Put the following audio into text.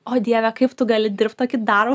o dieve kaip tu gali dirbt tokį darbą